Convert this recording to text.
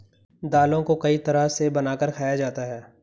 दालों को कई तरह से बनाकर खाया जाता है